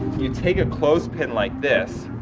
you take a clothes pin like this,